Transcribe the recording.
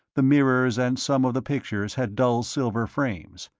the mirrors and some of the pictures had dull silver frames,